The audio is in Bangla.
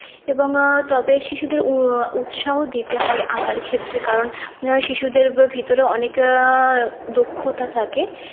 এবং তবে শিশুদের উ উৎসাহ দিতে হয় আঁকার ক্ষেত্রে কারণ শিশুদের বা ভিতরে অনেক দক্ষতা থাকে